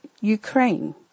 Ukraine